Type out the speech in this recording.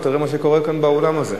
ותראה מה שקורה כאן באולם הזה.